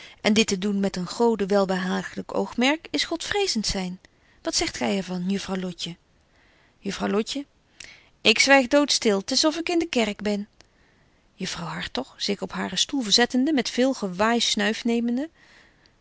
en dit te doen met een gode welbehaaglyk oogmerk is godvreezent zyn wat zegt gy er van juffrouw lotje betje wolff en aagje deken historie van mejuffrouw sara burgerhart juffrouw lotje ik zwyg dood stil t is of ik in de kerk ben juffrouw hartog zich op haren stoel verzettende en met veel